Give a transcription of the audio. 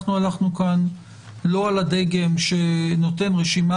אנחנו הלכנו כאן לא על הדגם שנותן רשימה